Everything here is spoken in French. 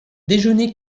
déjeuner